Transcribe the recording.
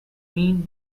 mean